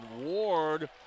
Ward